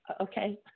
okay